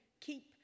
keep